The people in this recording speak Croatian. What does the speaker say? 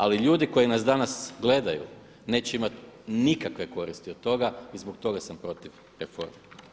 Ali ljudi koji nas danas gledaju neće imati nikakve koristi od toga i zbog toga sam protiv reforme.